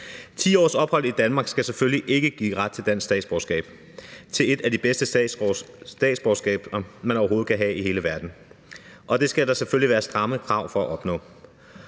10 års ophold i Danmark skal selvfølgelig ikke give ret til dansk statsborgerskab, et af de bedste statsborgerskaber, man overhovedet kan have i hele verden. Og det skal der selvfølgelig være stramme krav for at opnå: